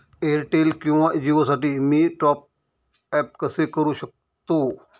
Airtel किंवा जिओसाठी मी टॉप ॲप कसे करु शकतो?